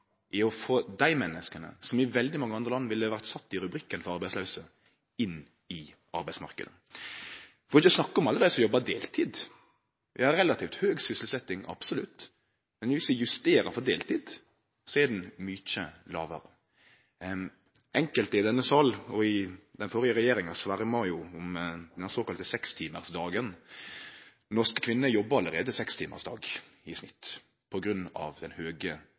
å få dei menneska, som i veldig mange andre land ville vore sette i rubrikken «arbeidslaus», inn i arbeidsmarknaden – for ikkje å snakke om alle dei som jobbar deltid. Vi har ei relativt høg sysselsetjing, absolutt, men dersom vi justerer for deltid, er ho mykje lågare. Enkelte i denne salen og i den førre regjeringa sverma jo for den såkalla 6-timarsdagen. Norske kvinner jobbar allereie 6 timar om dagen i snitt, på grunn av den høge